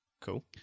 Cool